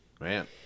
Man